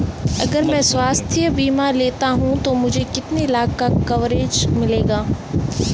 अगर मैं स्वास्थ्य बीमा लेता हूं तो मुझे कितने लाख का कवरेज मिलेगा?